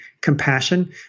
compassion